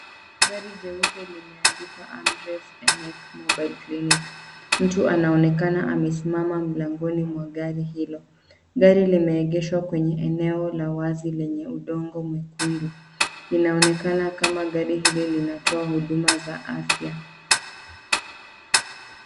Gari jeupe limeandikwa Amref Enek Mobile Clinic . Mtu anaonekana amesimama mlangoni mwa gari hilo. Gari limeegeshwa kwenye eneo la wazi lenye udongo mwekundu. Linaonekana kama gari hili linatoa huduma za afya.